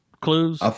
clues